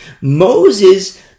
Moses